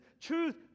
truth